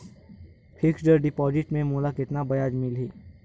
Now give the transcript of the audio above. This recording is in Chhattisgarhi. फिक्स्ड डिपॉजिट मे मोला कतका ब्याज मिलही?